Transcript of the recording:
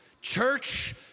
Church